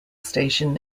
station